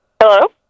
Hello